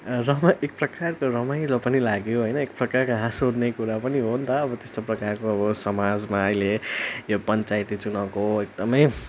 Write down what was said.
रमा एक प्रकारको रमाइलो पनि लाग्यो होइन एक प्रकारको हाँस उठ्ने कुरा पनि हो नि त अब त्यस्तो प्रकारको अब समाजमा अहिले यो पञ्चायती चुनाउको एकदम